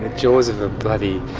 the jaws of a bloody